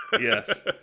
Yes